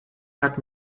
hat